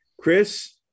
Chris